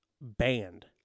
banned